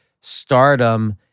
stardom